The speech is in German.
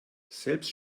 selbst